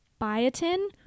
Biotin